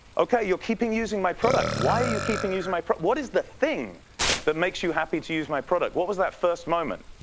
okay, you're keeping using my product. why you keeping using my, what is the thing that makes you happy to use my product? what was that first moment?